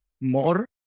more